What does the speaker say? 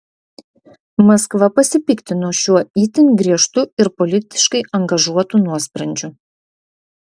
maskva pasipiktino šiuo itin griežtu ir politiškai angažuotu nuosprendžiu